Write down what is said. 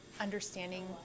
understanding